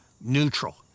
neutral